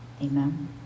amen